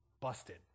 Busted